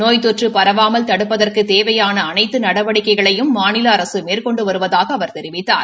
நோய் தொற்று பரவாமல் தடுப்பதற்கு தேவையான அனைத்து நடவடிக்கைகளையும் மாநில அரசு மேற்கொண்டு வருவதாகத் தெரிவித்தார்